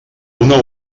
una